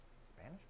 Spanish